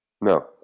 No